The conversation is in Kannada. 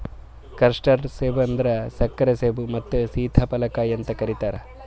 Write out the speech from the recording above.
ಕಸ್ಟರ್ಡ್ ಸೇಬ ಅಂದುರ್ ಸಕ್ಕರೆ ಸೇಬು ಮತ್ತ ಸೀತಾಫಲ ಕಾಯಿ ಅಂತ್ ಕರಿತಾರ್